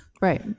Right